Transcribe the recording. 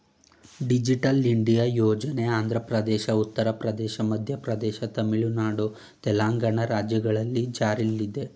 digital India ಯೋಜನೆ ಆಂಧ್ರಪ್ರದೇಶ, ಉತ್ತರ ಪ್ರದೇಶ, ಮಧ್ಯಪ್ರದೇಶ, ತಮಿಳುನಾಡು, ತೆಲಂಗಾಣ ರಾಜ್ಯಗಳಲ್ಲಿ ಜಾರಿಲ್ಲಿದೆ